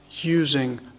using